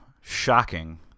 shocking